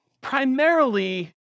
primarily